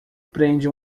prende